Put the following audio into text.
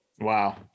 Wow